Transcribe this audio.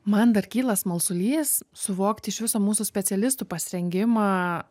man dar kyla smalsulys suvokti iš viso mūsų specialistų pasirengimą